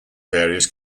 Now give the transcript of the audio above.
various